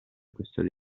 questore